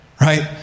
right